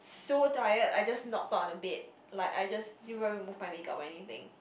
so tired I just knocked out on the bed like I just didn't even remove my make-up or anything